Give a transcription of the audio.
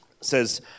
Says